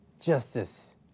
justice